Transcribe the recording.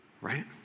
right